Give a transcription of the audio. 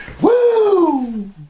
Woo